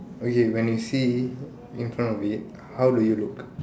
okay when you see in front of it how do you look